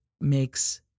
makes